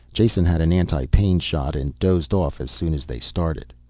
jason had an anti-pain shot and dozed off as soon as they started.